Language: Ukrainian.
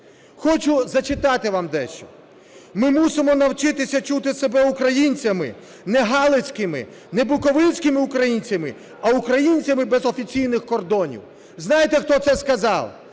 Хочу зачитати вам дещо. "Ми мусимо навчитися чути себе українцями – не галицькими, не буковинськими українцями, а українцями без офіційних кордонів". Знаєте, хто це сказав?